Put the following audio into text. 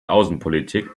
außenpolitik